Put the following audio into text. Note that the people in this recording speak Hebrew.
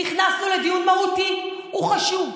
נכנסנו לדיון מהותי, הוא חשוב.